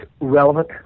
relevant